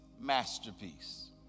masterpiece